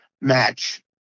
match